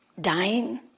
dying